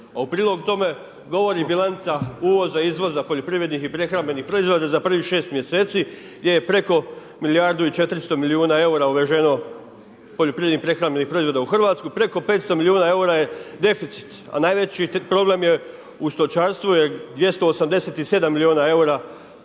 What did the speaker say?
A u prilog tome, govori bilanca uvoza i izvoza poljoprivrednih i prehrambenih proizvoda za prvih šest mjeseci, gdje je preko milijardu i 400 milijuna eura uvaženo poljoprivrednih prehrambenih proizvoda u Hrvatsku. Preko 500 milijuna eura je deficit, a najveći problem je u stočarstvu, jer 287 milijuna eura deficit.